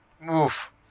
Move